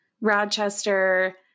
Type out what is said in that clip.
Rochester